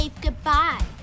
goodbye